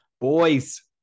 Boys